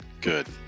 good